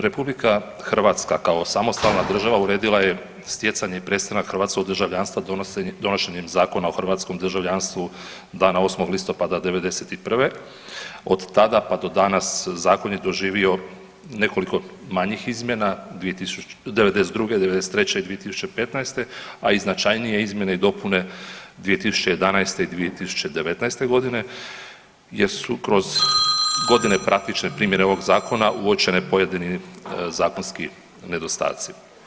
RH kao samostalna država uredila je stjecanje i prestanak hrvatskog državljanstva donošenjem Zakona o hrvatskom državljanstvu dana 8. listopada '91., od tada pa do danas zakon je doživio nekoliko manjih izmjena '92., '93. i 2015., a i značajnije izmjene i dopune 2011. i 2019.g. jer su kroz godine praktične primjene ovog zakona uočeni pojedini zakonski nedostaci.